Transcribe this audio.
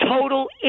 Total